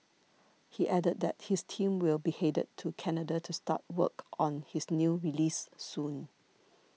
he added that his team will be headed to Canada to start work on his new release soon